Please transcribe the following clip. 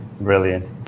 Brilliant